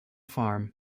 farm